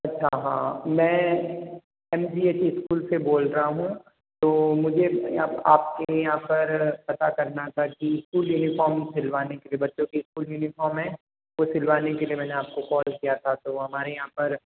हाँ हाँ मैं M G A C school से बोल रहा हूँ तो मुझे यहाँ आपके यहाँ पर पता करना था कि स्कूल यूनिफॉर्म सिलवाने के लिए बच्चों के स्कूल यूनिफार्म हैं वो सिलवाने के लिए मैंने आपको कॉल किया था तो हमारे यहाँ पर